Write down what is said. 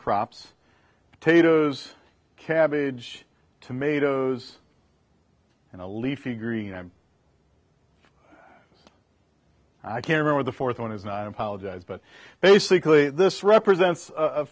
crops potatoes cabbage tomatoes and a leafy green and i can remember the fourth one is not apologize but basically this represents a